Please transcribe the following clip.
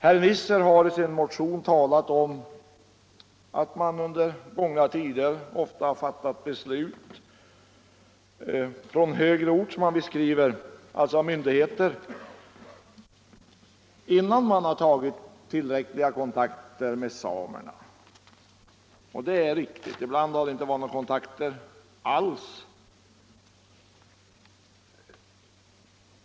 Herr Nisser har i sin motion talat om att det under gångna tider ofta fattats beslut på högre ort, alltså av myndigheter, innan man tagit tillräckliga kontakter med samerna. Det är riktigt. Ibland har det inte varit några kontakter alls.